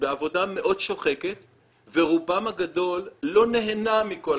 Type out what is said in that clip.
בעבודה מאוד שוחקת ורובם הגדול לא נהנה מכל